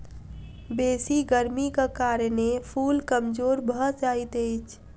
बेसी गर्मीक कारणें फूल कमजोर भअ जाइत अछि